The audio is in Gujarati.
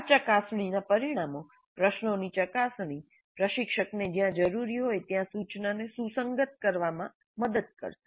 આ ચકાસણીનાં પરિણામો પ્રશ્નોની ચકાસણી પ્રશિક્ષકને જ્યાં જરૂરી હોય ત્યાં સૂચનાને સુસંગત કરવામાં મદદ કરશે